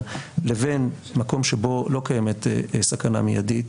לבין מקום שבו לא קיימת סכנה מיידית,